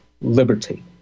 liberty